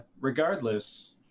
regardless